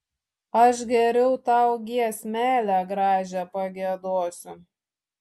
aš geriau tau giesmelę gražią pagiedosiu